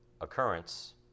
occurrence